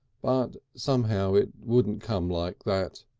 but somehow it wouldn't come like that.